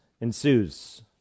ensues